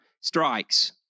strikes